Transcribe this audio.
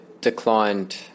declined